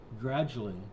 Gradually